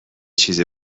چیز